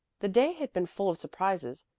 the day had been full of surprises,